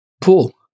pool